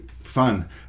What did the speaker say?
fun